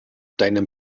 deinem